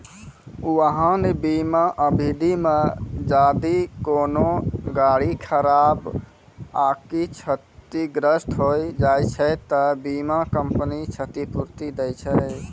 वाहन बीमा अवधि मे जदि कोनो गाड़ी खराब आकि क्षतिग्रस्त होय जाय छै त बीमा कंपनी क्षतिपूर्ति दै छै